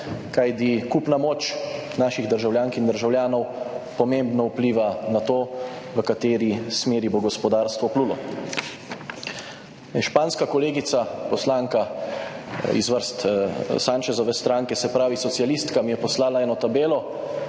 kajti kupna moč naših državljank in državljanov pomembno vpliva na to v kateri smeri bo gospodarstvo plulo. Španska kolegica, poslanka iz vrst Sanchezove stranke, se pravi socialistka, mi je poslala eno tabelo